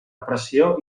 pressió